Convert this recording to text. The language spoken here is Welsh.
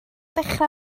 dechrau